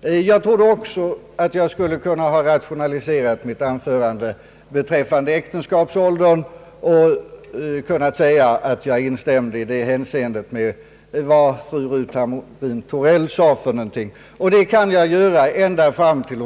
Jag trodde också att jag skulle kunna rationalisera mitt anförande beträffande äktenskapsåldern och i det hänseendet instämma i vad fru Ruth Hamrin Thorell sade. Det kan jag göra ända fram till